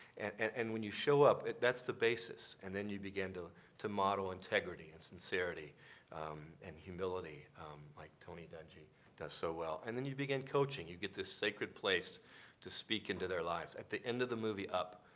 and and when you show up, that's the basis. and then you begin to to model integrity and sincerity and humility like tony dungy does so well. and then you begin coaching. coaching. you get this sacred place to speak into their lives. at the end of the movie up,